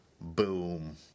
Boom